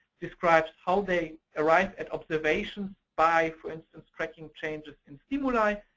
describes how they arrive at observation by, for instance, tracking changes in stimuli.